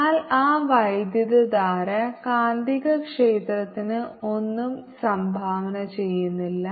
എന്നാൽ ആ വൈദ്യുതധാര കാന്തികക്ഷേത്രത്തിന് ഒന്നും സംഭാവന ചെയ്യുന്നില്ല